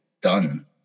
done